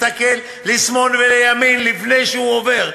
מסתכל לשמאל ולימין לפני שהוא עובר,